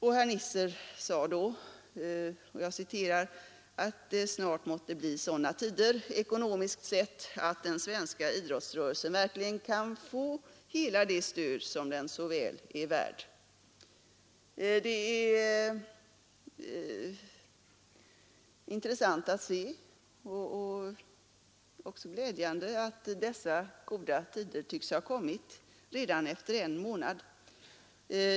Herr Nisser sade då att det snart måste bli sådana tider, ekonomiskt sett, att den svenska idrottsrörelsen verkligen kan få hela det stöd som den så väl är värd. Det är intressant att se och glädjande att kunna konstatera, att dessa goda tider tycks ha kommit redan efter en månad.